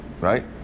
right